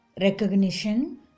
recognition